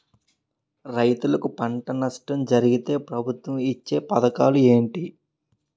రైతులుకి పంట నష్టం జరిగితే ప్రభుత్వం ఇచ్చా పథకాలు ఏంటి?